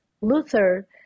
Luther